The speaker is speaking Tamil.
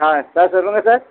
ஆ சார் சொல்லுங்கள் சார்